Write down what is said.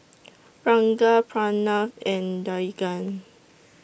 Ranga Pranav and Dhyan